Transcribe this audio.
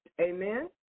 Amen